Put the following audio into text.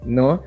no